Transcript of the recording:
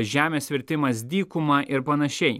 žemės virtimas dykuma ir panašiai